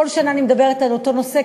כל שנה אני מדברת על אותו נושא,